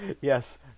Yes